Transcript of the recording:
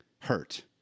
Hurt